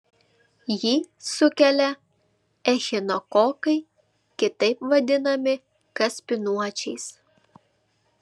jį sukelia echinokokai kitaip vadinami kaspinuočiais